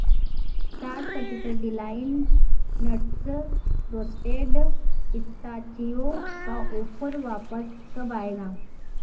साठ प्रतिशत डिलाइन नट्स रोस्टेड पिस्ताचिओ का ओफर वापस कब आएगा